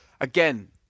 again